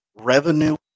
revenue